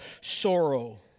sorrow